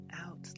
out